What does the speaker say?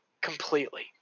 completely